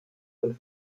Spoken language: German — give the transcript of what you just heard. von